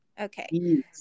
okay